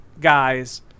guys